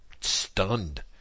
stunned